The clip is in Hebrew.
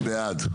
מי בעד?